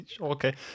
Okay